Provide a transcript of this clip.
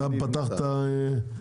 התקדמנו,